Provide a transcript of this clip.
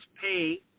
pay